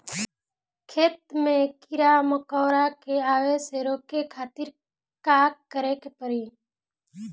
खेत मे कीड़ा मकोरा के आवे से रोके खातिर का करे के पड़ी?